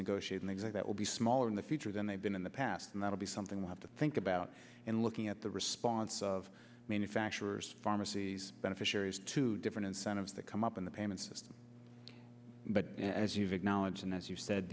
negotiate an exit that will be smaller in the future than they've been in the past and that will be something we'll have to think about in looking at the response of manufacturers pharmacies beneficiaries to different incentives that come up in the payment system but as you've acknowledged and as you said